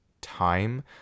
time